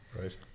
right